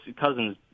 Cousins